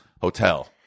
hotel